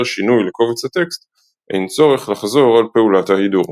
שינוי לקובץ הטקסט אין צורך לחזור על פעולת ההידור.